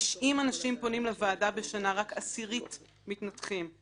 90 אנשים פונים לוועדה בשנה, רק עשירית מתנתחים.